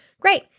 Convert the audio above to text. Great